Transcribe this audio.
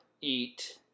eat